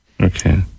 okay